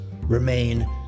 remain